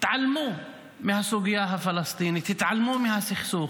התעלמו מהסוגיה הפלסטינית, התעלמו מהסכסוך.